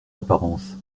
apparence